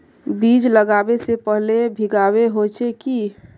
बीज लागबे से पहले भींगावे होचे की?